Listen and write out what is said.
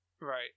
Right